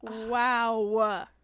wow